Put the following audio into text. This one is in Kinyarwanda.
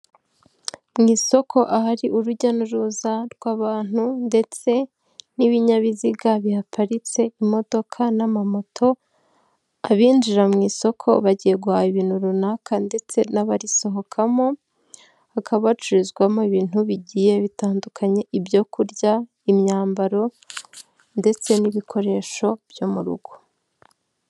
Mu isoko ahari urujya n'uruza rw'abantu ndetse n'ibinyabiziga bihaparitse imodoka n'amamoto, abinjira mu isoko bagiye guhaha ibintu runaka ndetse n'abarisohokamo hakaba hacururizwamo ibintu bigiye bitandukanye ibyo kurya, imyambaro ndetse n'ibikoresho byo mu rugo.